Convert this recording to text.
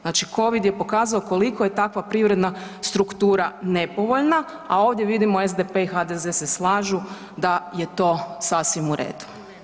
Znači, Covid je pokazao koliko je takva privredna struktura nepovoljna, a ovdje vidimo SDP i HDZ se slažu da je to sasvim u redu.